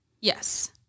Yes